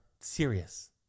serious